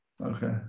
Okay